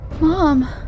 Mom